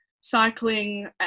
cycling